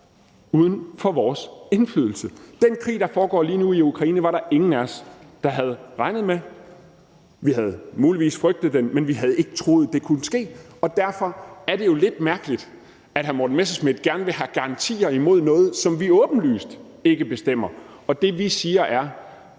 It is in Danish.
uden for vores indflydelse. Den krig, der foregår lige nu i Ukraine, var der ingen af os der havde regnet med. Vi har muligvis frygtet den, men vi havde ikke troet, at det kunne ske. Derfor er det jo lidt mærkeligt, at hr. Morten Messerschmidt gerne vil have garantier imod noget, som vi åbenlyst ikke bestemmer. Det, vi siger, er,